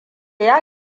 ya